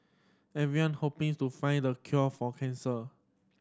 everyone hoping to find the cure for cancer